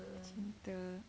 bercinta